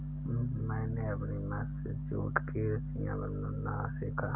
मैंने अपनी माँ से जूट की रस्सियाँ बुनना सीखा